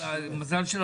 ככל שיש מענק איזון,